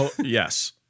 yes